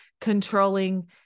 controlling